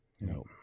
No